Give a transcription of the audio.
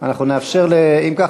אם כך,